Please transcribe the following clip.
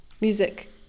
music